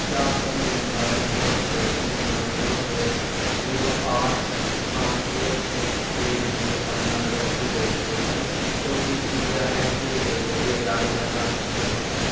کیا فون نمبر نو چھ تین نو نو ایک زیرو آٹھ پانچ ایک چھ کے لیے اپنا vaccine registration O T P یا ایم پن کے ذریعے جاری رکھنا چاہتے ہیں